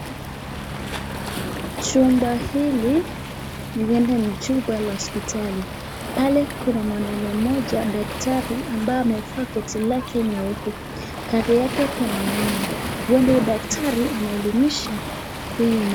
Chumba hili huenda ni chumba la hospitali. Pale kuna mwanaume mmoja daktari ambaye amevaa koti lake nyeupe kando yake kuna mama. Huenda huyu daktari anaelimisha huyu mama.